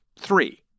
three